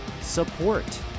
support